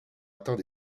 atteint